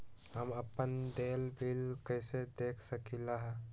हम अपन देल बिल कैसे देख सकली ह?